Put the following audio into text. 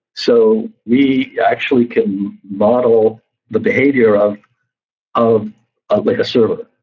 so we actually can model the behavior of of ah like a server,